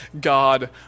God